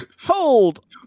Hold